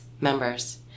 members